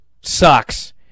sucks